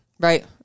Right